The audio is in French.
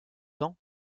temps